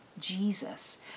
Jesus